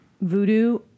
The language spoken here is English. Voodoo